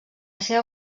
seva